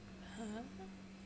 !huh!